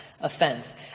offense